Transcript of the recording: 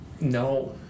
No